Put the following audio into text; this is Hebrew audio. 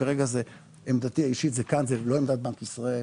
כרגע זו עמדתי האישית ולא עמדת בנק ישראל.